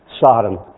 Sodom